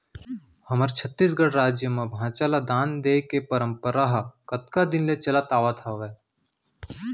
हमर छत्तीसगढ़ राज म भांचा ल दान देय के परपंरा ह कतका दिन के चले आवत हावय